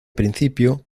principio